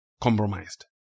compromised